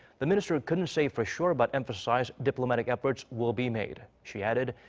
the minister couldn't say for sure, but emphasized diplomatic efforts will be made. she added.